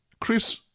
Chris